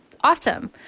awesome